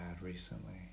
recently